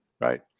Right